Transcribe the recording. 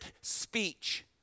speech